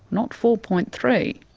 not four-point-three.